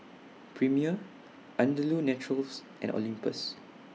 Premier Andalou Naturals and Olympus